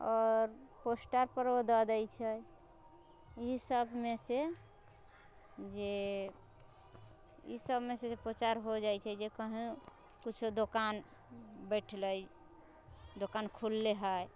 आओर पोस्टरपरो दऽ दै छै ई सभमे सँ जे ई सभमे सँ जे प्रचार हो जाइ छै जे कहुँ कुछौ दोकान बैठले दोकान खोलले है